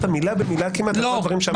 מילה במילה כמעט על כל הדברים שאמרת קודם.